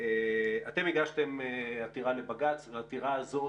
אתם הגשתם עתירה לבג"ץ, לעתירה הזאת